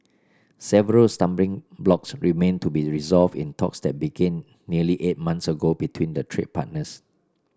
several stumbling blocks remain to be resolved in talks that began nearly eight months ago between the trade partners